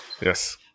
Yes